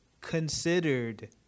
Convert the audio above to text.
considered